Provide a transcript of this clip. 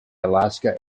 alaska